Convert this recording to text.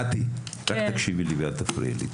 קטי, עכשיו תקשיבי לי ואל תפריעי לי.